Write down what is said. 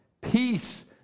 peace